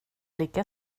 lika